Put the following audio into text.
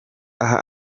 aha